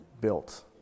built